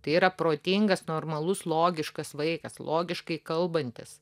tai yra protingas normalus logiškas vaikas logiškai kalbantis